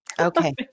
Okay